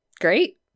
Great